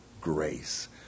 grace